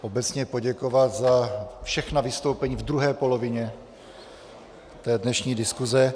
Obecně chci poděkovat za všechna vystoupení v druhé polovině dnešní diskuse.